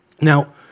Now